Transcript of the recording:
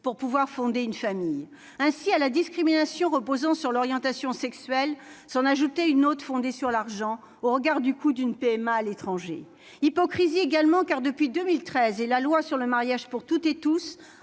pour pouvoir fonder une famille. Ainsi, à la discrimination reposant sur l'orientation sexuelle, s'en ajoutait une autre fondée sur l'argent, au regard du coût d'une PMA à l'étranger. Hypocrite, car depuis 2013 et la loi sur le mariage pour toutes et tous,